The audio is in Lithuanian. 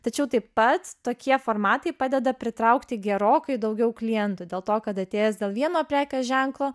tačiau taip pat tokie formatai padeda pritraukti gerokai daugiau klientų dėl to kad atėjęs dėl vieno prekės ženklo